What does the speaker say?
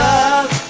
Love